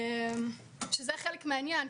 וזה חלק מהעניין.